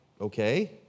okay